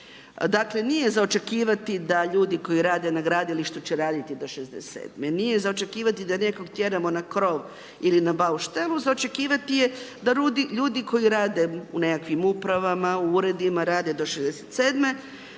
Dakle, nije za očekivati da ljudi koji rade na gradilištu će radit do 67., nije za očekivati da nekog tjeramo na krov ili na bauštelu, za očekivati je da ljudi koji rade u nekakvim upravama, uredima rade do 67.